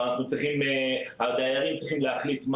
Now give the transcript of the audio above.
אבל הדיירים צריכים להחליט,